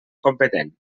competent